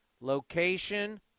Location